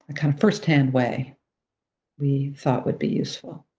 kind of first-hand way we thought would be useful.